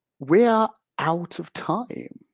we are out of time,